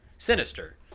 sinister